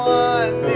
one